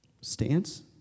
stance